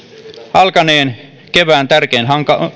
alkaneen kevään tärkein